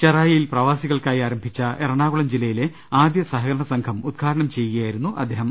ചെറാ യിയിൽ പ്രവാസികൾക്കായി ആരംഭിച്ച എറണാകുളം ജില്ലയിലെ ആദ്യ സഹ കരണ സംഘം ഉദ്ഘാടനം ചെയ്യുകയായിരുന്നു അദ്ദേഹം